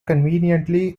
conveniently